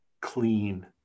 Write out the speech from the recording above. clean